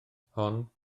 hon